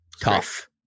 tough